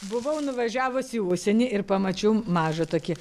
buvau nuvažiavusi į užsienį ir pamačiau mažą tokį